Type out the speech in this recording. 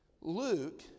Luke